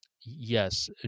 Yes